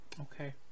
Okay